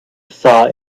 saw